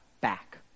back